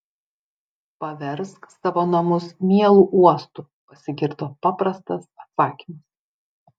paversk savo namus mielu uostu pasigirdo paprastas atsakymas